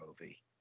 movie